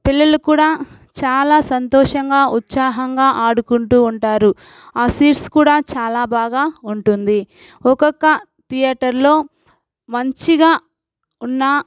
పిల్లలు కూడా చాలా సంతోషంగా ఉత్సాహంగా ఆడుకుంటూ ఉంటారు ఆ సీట్స్ కూడా చాలా బాగా ఉంటుంది ఒక్కొక్క థియేటర్లో మంచిగా ఉన్న